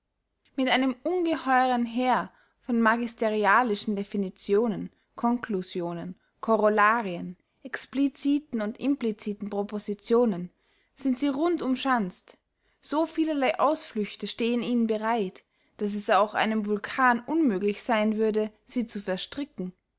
mit einem ungeheuern heer von magisterialischen definitionen conclusionen corollarien expliciten und impliciten propositionen sind sie rund umschanzt so vielerley ausflüchte stehen ihnen bereit daß es auch einem vulkan unmöglich seyn würde sie zu verstricken